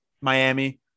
Miami